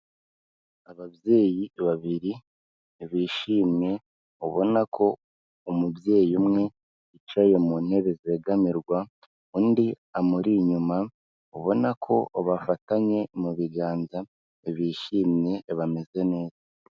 Ababyeyi babiri bishimye ubona ko umubyeyi umwe yicaye mu ntebe zegamirwa, undi amuri inyuma, ubona ko bafatanye mu biganza bishimye bameze neza.